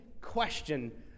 question